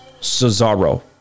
Cesaro